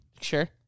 Sure